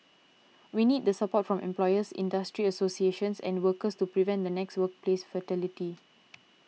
we need the support from employers industry associations and workers to prevent the next workplace fatality